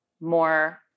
more